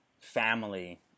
family